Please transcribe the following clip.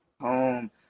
home